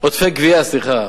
עודפי גבייה, סליחה.